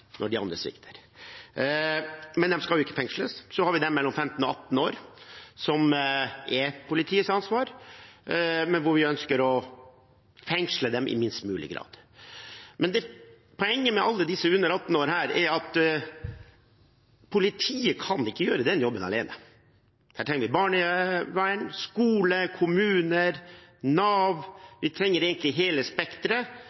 når de andre svikter, men de under 15 skal jo ikke fengsles. Så har vi dem mellom 15 og 18 år, som er politiets ansvar, men som vi ønsker å fengsle i minst mulig grad. Men poenget med alle disse under 18 år er at politiet kan ikke gjøre den jobben alene. Her trenger vi barnevern, skole, kommuner,